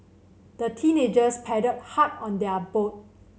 the teenagers paddled hard on their boat